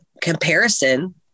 comparison